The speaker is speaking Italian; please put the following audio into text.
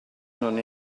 non